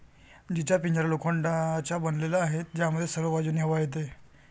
जीचा पिंजरा लोखंडाचा बनलेला आहे, ज्यामध्ये सर्व बाजूंनी हवा येते